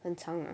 很长啊